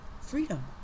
freedom